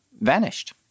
vanished